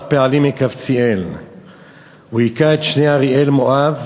"רב פעלים מקבצאל הוא הכה את שני אראלי מואב